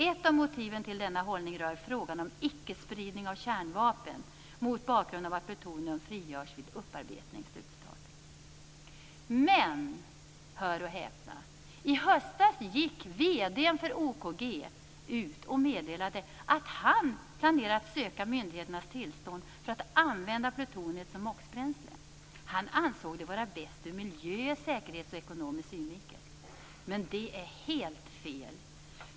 Ett av motiven till denna hållning rör frågan om ickespridning av kärnvapen mot bakgrund av att plutonium frigörs vid upparbetning." Men, hör och häpna, i höstas gick vd för OKG ut och meddelade att han planerar att söka myndigheternas tillstånd för att använda plutoniet som MOX bränsle. Han ansåg det vara bäst ur ekonomisk, miljöoch säkerhetssynvinkel. Men det är helt fel.